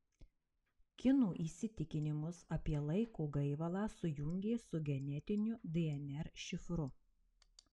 kinų įsitikinimus apie laiko gaivalą sujungė su genetiniu dnr šifru